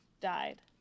died